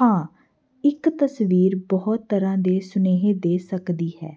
ਹਾਂ ਇੱਕ ਤਸਵੀਰ ਬਹੁਤ ਤਰ੍ਹਾਂ ਦੇ ਸੁਨੇਹੇ ਦੇ ਸਕਦੀ ਹੈ